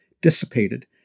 dissipated